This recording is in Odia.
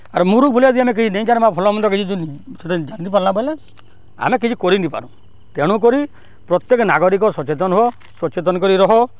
ଆରୁ ମୁରୁଖ୍ ଭଲିଆ ଯଦି ଆମେ ନେଇଜାନବାର୍ ଭଲମନ୍ଦ କିଛି ଯଦି ଜାନି ନି ପାର୍ଲା ବେଲେ ଆମେ କିଛି କରିନିପାରୁ ତେଣୁକରି ପ୍ରତ୍ୟେକ ନାଗରିକ ସଚେତନ ହୁଅ ସଚେତନ କରି ରହ